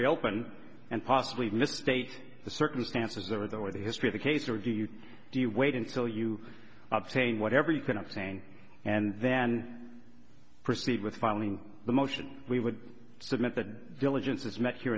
reopen and possibly misstate the circumstances or the or the history of the case or do you do you wait until you obtain whatever you can obtain and then proceed with filing the motion we would submit the diligence is met here